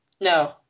No